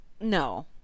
No